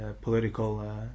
political